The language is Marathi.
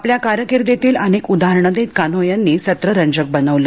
आपल्या कारकिर्दीतील अनेक उदाहरणं देत कान्हो यांनी सत्र रंजक बनवलं